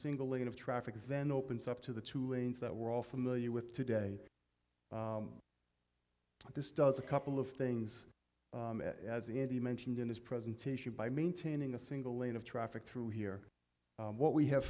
single lane of traffic then opens up to the two lanes that we're all familiar with today but this does a couple of things as indy mentioned in this presentation by maintaining a single lane of traffic through here what we have